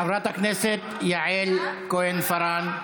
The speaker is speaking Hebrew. חברת הכנסת יעל כהן-פארן.